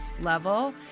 level